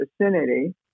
vicinity